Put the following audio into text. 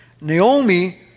Naomi